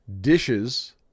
dishes